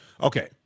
okay